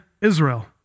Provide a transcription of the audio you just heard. Israel